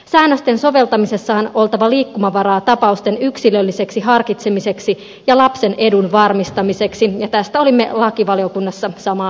säännösten soveltamisessa on oltava liikkumavaraa tapausten yksilölliseksi harkitsemiseksi ja lapsen edun varmistamiseksi ja tästä olimme lakivaliokunnassa samaa mieltä